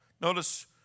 notice